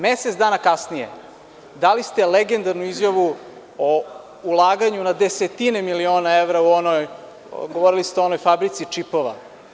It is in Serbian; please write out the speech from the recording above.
Mesec dana kasnije dali ste legendarnu izjavu o ulaganju na desetine miliona evra, govorili ste o onoj fabrici čipova.